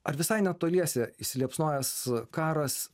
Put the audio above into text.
ar visai netoliese įsiliepsnojęs karas